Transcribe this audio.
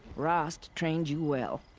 rost trained you well.